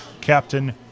Captain